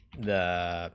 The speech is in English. the